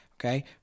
Okay